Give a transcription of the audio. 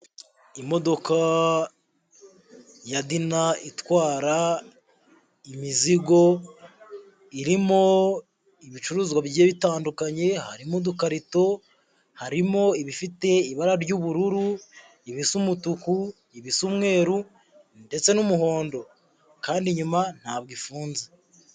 Imodoka ya dina itwara imizigo, irimo ibicuruzwa bigiye bitandukanye, harimo udukarito, harimo ibifite ibara ry'ubururu, ibisa umutuku, ibisa umweruru ndetse n'umuhondo kandi inyuma ntabwo ifunze.